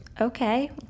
Okay